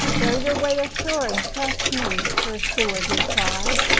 go your way assured trust me, the steward replied.